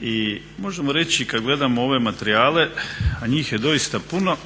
I možemo reći kada gledamo ove materijale a njih je doista puno